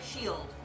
shield